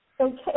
Okay